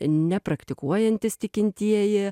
nepraktikuojantys tikintieji